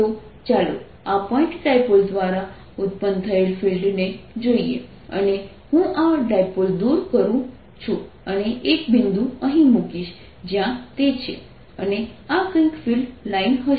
તો ચાલો આ પોઇન્ટ ડાયપોલ દ્વારા ઉત્પન્ન થયેલ ફિલ્ડને જોઈએ અને હું આ ડાયપોલ દૂર કરું છું અને એક બિંદુ અહીં મુકીશ જ્યાં તે છે અને આ કંઈક ફિલ્ડ લાઇન હશે